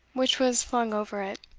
which was flung over it,